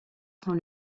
prend